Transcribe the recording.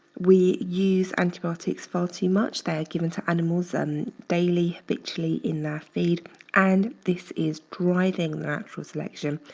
we use antibiotics far too much. they're given to animals and daily, habitually in their feed and this is driving natural selection,